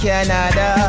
Canada